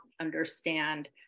understand